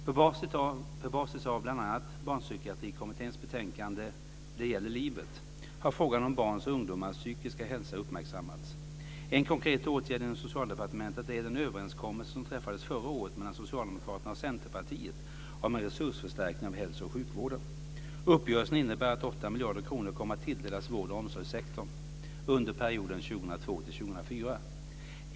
På basis av bl.a. Barnpsykiatrikommitténs betänkande, Det gäller livet, har frågan om barns och ungdomars psykiska hälsa uppmärksammats. En konkret åtgärd inom Socialdepartementet är den överenskommelse som träffades förra året mellan Socialdemokraterna och Centerpartiet om en resursförstärkning av hälso och sjukvården. Uppgörelsen innebär att 8 miljarder kronor kommer att tilldelas vård och omsorgssektorn under perioden 2002-2004.